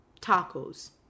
tacos